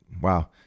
wow